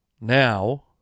Now